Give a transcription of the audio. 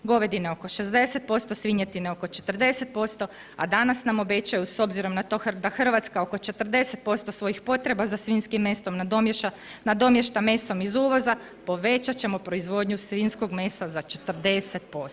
Govedina oko 60%, svinjetina oko 40% a danas nam obećaju s obzirom na to da Hrvatska oko 40% svojih potreba za svinjskim mesom nadomješta mesom iz uvoza, povećat ćemo proizvodnju svinjskog mesa za 40%